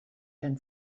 then